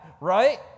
right